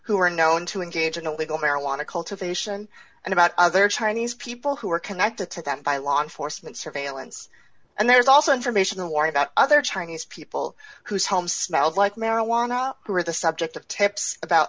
who are known to engage in illegal marijuana cultivation and about other chinese people who are connected to them by law enforcement surveillance and there's also information war about other chinese people whose home smells like marijuana who are the subject of tips about